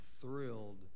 thrilled